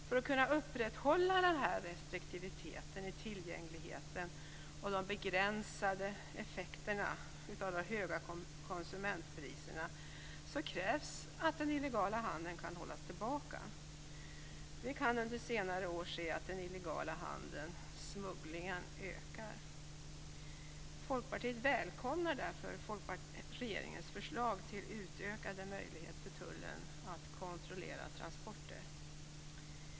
För att kunna upprätthålla restriktiviteten i tillgängligheten och de begränsade effekterna av de höga konsumentpriserna krävs det att den illegala handeln kan hållas tillbaka. Vi har under senare år kunnat se att den illegala handeln, smugglingen, ökar. Vi i Folkpartiet välkomnar därför regeringens förslag om utökade möjligheter för tullen att kontrollera transporter.